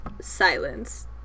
Silence